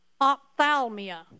ophthalmia